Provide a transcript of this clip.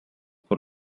por